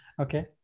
Okay